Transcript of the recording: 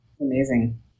Amazing